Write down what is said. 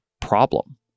problem